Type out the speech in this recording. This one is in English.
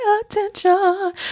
attention